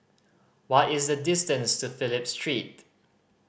what is the distance to Phillip Street